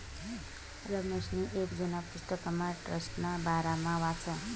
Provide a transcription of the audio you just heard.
रमेशनी येक जुना पुस्तकमा ट्रस्टना बारामा वाचं